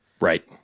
Right